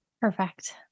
perfect